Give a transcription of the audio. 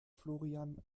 florian